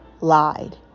lied